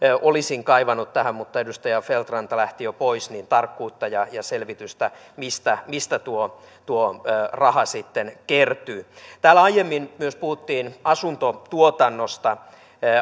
olisin kaivannut tähän mutta edustaja feldt ranta lähti jo pois tarkkuutta ja selvitystä mistä mistä tuo tuo raha sitten kertyy täällä aiemmin puhuttiin myös asuntotuotannosta